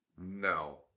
No